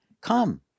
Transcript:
come